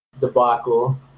debacle